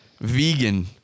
Vegan